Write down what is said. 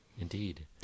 indeed